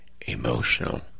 emotional